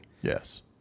Yes